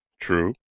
True